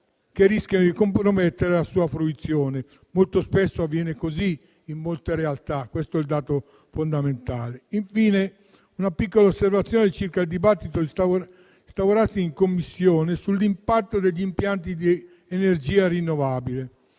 che rischiano di comprometterne la fruizione. Molto spesso avviene così in molte realtà. Infine, faccio una piccola osservazione circa il dibattito instauratosi in Commissione sull'impatto degli impianti di energia rinnovabile.